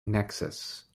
nexus